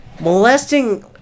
molesting